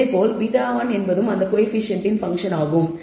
இதேபோல் β1 என்பதும் அந்த கோயபிசியன்ட்டின் பங்க்ஷன் ஆகும்